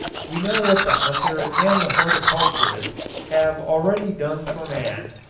we know what the hunter and the horticulturist have already done for man,